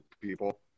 people